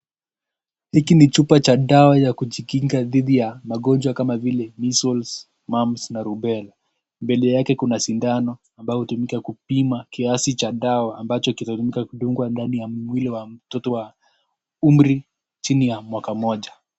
Hii ni chup ya dawa ya kujikinga dhidi ya magonjwa kama Measales, Mums na Rubella. Mbele yake kuna sindano ambayo utumika kupima kiasi cha dawa ambacho kitu kudungwa ndani ya mwili wa mtoto wa umri chini ya mwaka moja.